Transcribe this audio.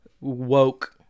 woke